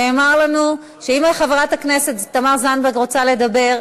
נאמר לנו שאם חברת הכנסת תמר זנדברג רוצה לדבר,